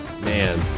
Man